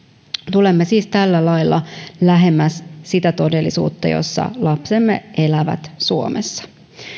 tulemme siis tällä lailla lähemmäs sitä todellisuutta jossa lapsemme elävät suomessa